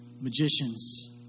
magicians